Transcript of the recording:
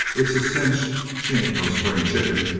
it's a cinch she ain't no spring chicken,